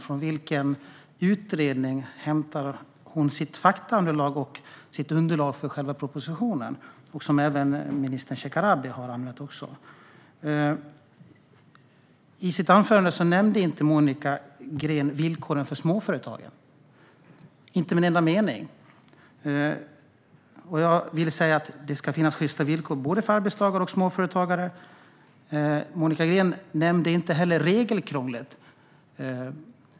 Från vilken utredning hämtar hon sitt faktaunderlag och underlaget för själva propositionen, och som även minister Shekarabi har använt? Monica Green nämnde inte med en enda mening villkoren för småföretagen i sitt anförande. Jag anser att det ska finnas sjysta villkor för både arbetstagare och småföretagare. Monica Green nämnde inte heller regelkrånglet.